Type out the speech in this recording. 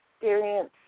experience